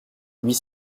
huit